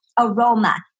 Aroma